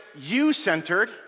you-centered